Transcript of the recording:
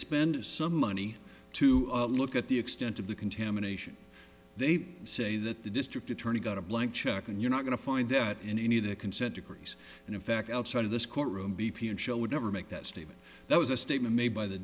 spend some money to look at the extent of the contamination they say that the district attorney got a blank check and you're not going to find that in any of their consent decrees and in fact outside of this courtroom b p and shell would never make that statement that was a statement made by the